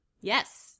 Yes